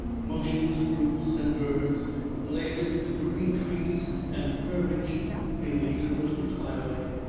motionless brutes and birds lay amidst the drooping trees and herbage in the universal twilight,